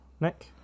Nick